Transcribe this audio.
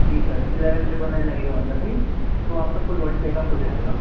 जी sir eleven triple nine लगेगा मतलब कि तो आपका फुल बॉडी चेकअप हो जाएगा